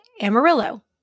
Amarillo